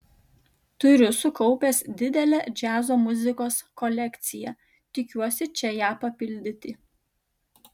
turiu sukaupęs didelę džiazo muzikos kolekciją tikiuosi čia ją papildyti